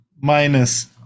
minus